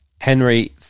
henry